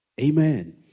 Amen